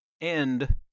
End